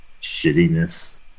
shittiness